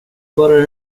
bara